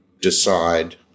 decide